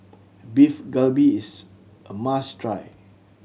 Beef Galbi is a must try